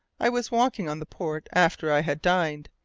i was walking on the port after i had dined,